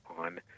on